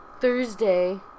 Thursday